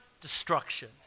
destruction